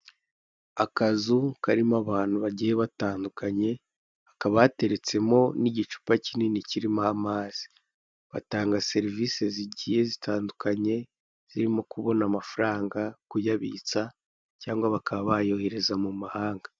Akazu karimo abantu bagiye batandukanye hakaba hateretsemo n'igicupa kinini kirimo amazi, batanga serivise zigiye zitandukanye zirimo kubona amafaranga, kuyabitsa cyangwa bakaba bayohereza mumahanga.